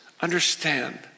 understand